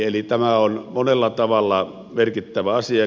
eli tämä on monella tavalla merkittävä asia